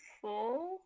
four